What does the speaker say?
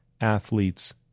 athletes